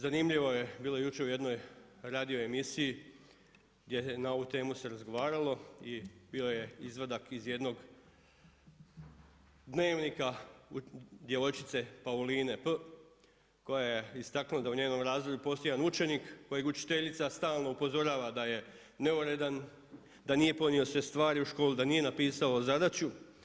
Zanimljivo je bilo jučer u jednoj radio emisiji gdje se na ovu temu razgovaralo i bio je izvadak iz jednog Dnevnika djevojčice Pauline P. koja je istaknula da u njenom razredu postoji jedan učenik kojeg učiteljica stalno upozorava da je neuredan, da nije ponio sve stvari u školu, da nije napisao zadaću.